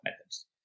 methods